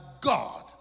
God